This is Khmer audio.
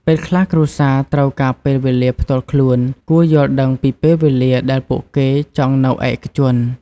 ពេលខ្លះគ្រួសារត្រូវការពេលវេលាផ្ទាល់ខ្លួន គួរយល់ដឹងពីពេលវេលាដែលពួកគេចង់នៅឯកជន។